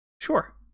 Sure